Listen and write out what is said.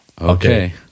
Okay